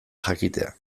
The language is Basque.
jakitea